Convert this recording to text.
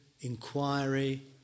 inquiry